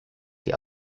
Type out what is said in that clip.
sie